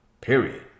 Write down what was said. Period